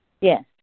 Yes